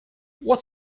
what